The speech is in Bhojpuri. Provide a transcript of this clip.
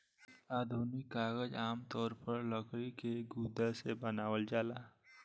आधुनिक कागज आमतौर पर लकड़ी के गुदा से बनावल जाला